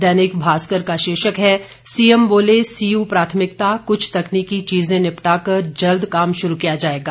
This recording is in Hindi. दैनिक भास्कर का शीर्षक है सीएम बोले सीयू प्राथमिकता कुछ तकनीकी चीजें निपटाकर जल्द काम शुरू किया जाएगा